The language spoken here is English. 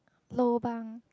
lobang